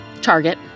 Target